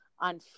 on